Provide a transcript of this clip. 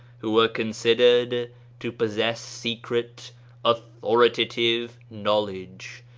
who were considered to possess secret authoritative knowledge,